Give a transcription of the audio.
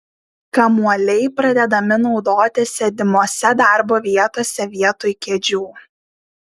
kamuoliai pradedami naudoti sėdimose darbo vietose vietoj kėdžių